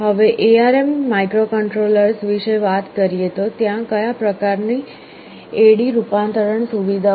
હવે ARM microcontrollers વિશે વાત કરીએ તો ત્યાં કયા પ્રકારની AD રૂપાંતરણ સુવિધાઓ છે